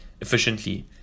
efficiently